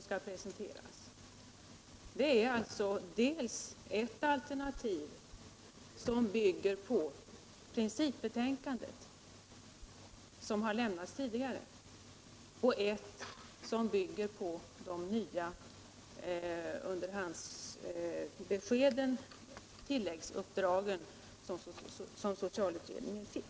Det gäller alltså dels ett alternativ som bygger på principbetänkandet, som har avlämnats tidigare, dels ett som bygger på de nya underhandsbeskeden, tilläggsuppdragen, som socialutredningen fick.